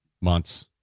months